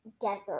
Desert